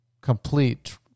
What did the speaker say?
complete